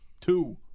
two